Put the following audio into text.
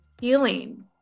healing